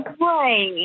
Right